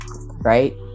Right